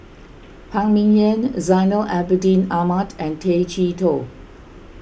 Phan Ming Yen Zainal Abidin Ahmad and Tay Chee Toh